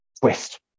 twist